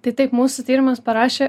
tai taip mūsų tyrimas parašė